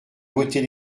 voter